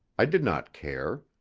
i did not care.